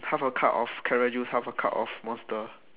half a cup of carrot juice half a cup of monster